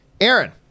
Aaron